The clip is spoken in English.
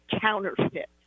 counterfeit